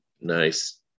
Nice